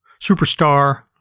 superstar